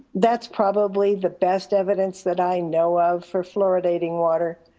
that's probably the best evidence that i know of for fluoridating water